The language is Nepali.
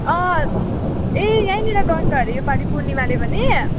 अँ ए यहीँनिर गर्छ अरे योपालि पूर्णिमाले पनि